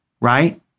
right